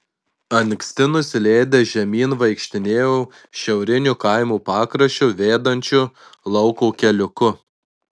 anksti nusileidęs žemyn vaikštinėjau šiauriniu kaimo pakraščiu vedančiu lauko keliuku